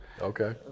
Okay